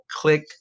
click